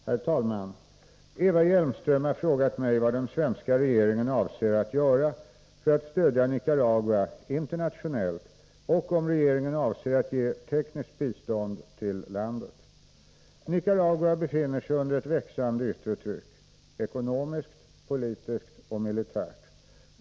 Herr talman! Eva Hjelmström har frågat mig vad den svenska regeringen avser göra för att stödja Nicaragua internationellt och om regeringen avser att ge tekniskt bistånd till landet. Nicaragua befinner sig under ett växande yttre tryck, ekonomiskt, politiskt och militärt.